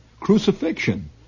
crucifixion